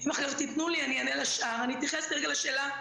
כולל הפרדה של אוכלוסיות של בתים קטנים,